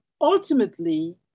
ultimately